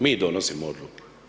Mi donosimo odluke.